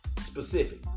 specific